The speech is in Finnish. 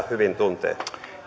hyvin tuntee